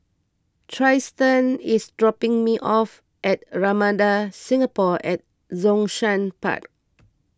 Trystan is dropping me off at Ramada Singapore at Zhongshan Park